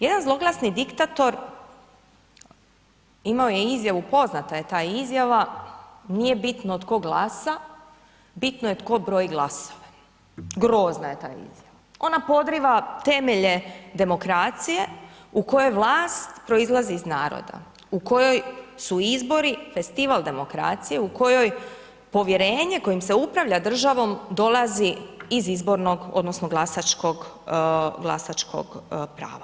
Jedan zloglasni diktator imao je izjavu, poznata je ta izjava „nije bitno tko glasa, bitno je tko broji glasove“, grozna je ta izjava, ona podriva temelje demokracije u kojoj vlast proizlazi iz naroda, u kojoj su izbori Festival demokracije, u kojoj povjerenje kojim se upravlja državom dolazi iz izbornog odnosno glasačkog, glasačkog prava.